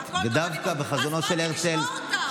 אני אקריא לך, חברת הכנסת גוטליב.